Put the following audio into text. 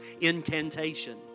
incantation